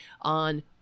on